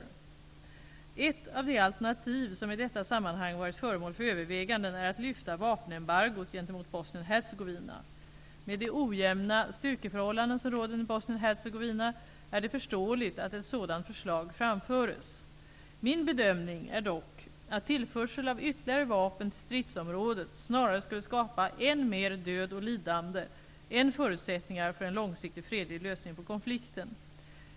Ett av de alternativ som i detta sammanhang varit föremål för överväganden är att lyfta vapenembargot gentemot Bosnien-Hercegovina. Med de ojämna styrkeförhållanden som råder i Bosnien-Hercegovina är det förståeligt att ett sådant förslag framförs. Min bedömning är dock att tillförsel av ytterligare vapen till stridsområdet snarare skulle skapa än mer död och lidande än förutsättningar för en långsiktig fredlig lösning på konflikten.